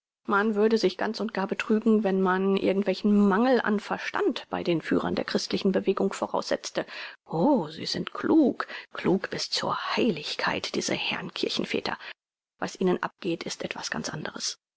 man würde sich ganz und gar betrügen wenn man irgendwelchen mangel an verstand bei den führern der christlichen bewegung voraussetzte oh sie sind klug klug bis zur heiligkeit diese herrn kirchenväter was ihnen abgeht ist etwas ganz anderes